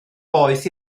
boeth